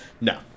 No